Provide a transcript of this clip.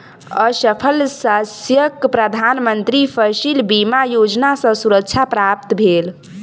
असफल शस्यक प्रधान मंत्री फसिल बीमा योजना सॅ सुरक्षा प्राप्त भेल